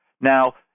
Now